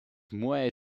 muay